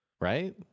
Right